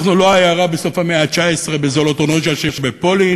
אנחנו לא עיירה בסוף המאה ה-19 באיזו אוטונומיה בפולין.